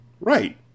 Right